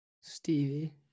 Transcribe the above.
Stevie